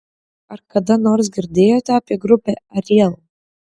ar kada nors girdėjote apie grupę ariel